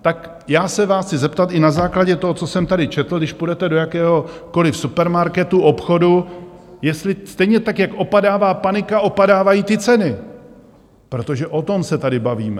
Tak já se vás chci zeptat i na základě toho, co jsem tady četl, když půjdete do jakéhokoliv supermarketu, obchodu, jestli stejně tak jak opadává panika, opadávají ty ceny, protože o tom se tady bavíme.